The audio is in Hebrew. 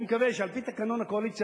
אני מקווה שעל-פי תקנון הקואליציה,